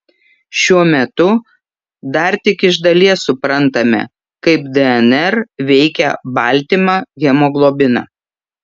šiuo metu dar tik iš dalies suprantame kaip dnr veikia baltymą hemoglobiną